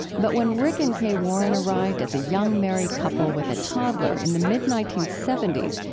but when rick and kay warren arrived as a young married couple with a toddler in the mid nineteen seventy s,